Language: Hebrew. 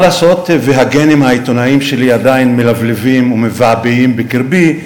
מה לעשות והגֶנים העיתונאיים שלי עדיין מלבלבים ומבעבעים בקרבי,